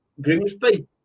Grimsby